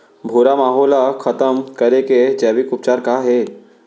भूरा माहो ला खतम करे के जैविक उपचार का हे?